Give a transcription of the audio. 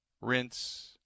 rinse